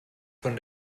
von